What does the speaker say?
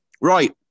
Right